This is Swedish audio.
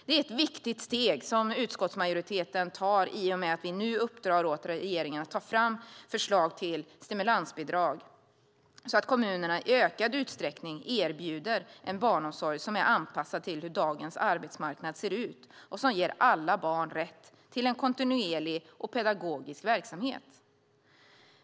Det är ett viktigt steg utskottsmajoriteten tar i och med att vi nu uppdrar åt regeringen att ta fram förslag till stimulansbidrag så att kommunerna i ökad utsträckning erbjuder en barnomsorg som är anpassad till hur dagens arbetsmarknad ser ut och som ger alla barn rätt till en kontinuerlig och pedagogisk verksamhet.